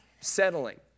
settling